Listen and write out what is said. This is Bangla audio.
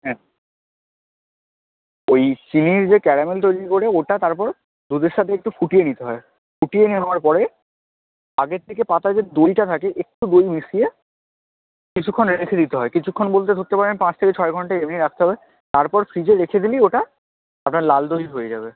হ্যাঁ ওই চিনির যে ক্যারামেল তৈরি করে ওটা তারপর দুধের সাথে একটু ফুটিয়ে নিতে হয় ফুটিয়ে নেওয়ার পরে আগের থেকে পাতা যে দইটা থাকে একটু দই মিশিয়ে কিছুক্ষণ রেখে দিতে হয় কিছুক্ষণ বলতে ধরতে পারেন পাঁচ থেকে ছয় ঘণ্টা এমনি রাখতে হবে তারপর ফ্রিজে রেখে দিলেই ওটা আপনার লাল দই হয়ে যাবে